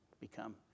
become